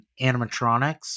animatronics